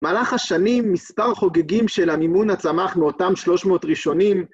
מהלך השנים מספר חוגגים של המימונה צמח מאותם 300 ראשונים